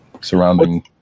surrounding